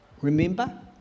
Remember